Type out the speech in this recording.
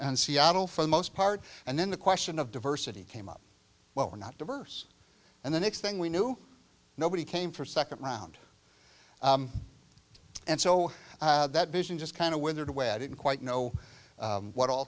and seattle for the most part and then the question of diversity came up well we're not diverse and the next thing we knew nobody came for a second round and so that vision just kind of withered away i didn't quite know what all